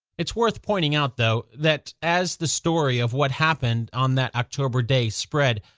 it's worth pointing out, though, that as the story of what happened on that october day spread,